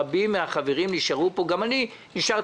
רבים מן החברים נשארו פה גם אני נשארתי